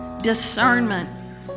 discernment